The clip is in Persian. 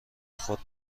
خود